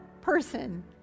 person